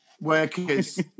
workers